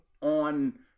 on